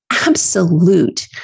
absolute